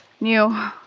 new